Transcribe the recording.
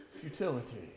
futility